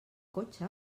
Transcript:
cotxe